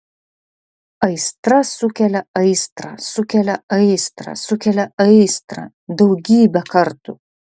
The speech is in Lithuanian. aistra sukelia aistrą sukelia aistrą sukelia aistrą daugybę kartų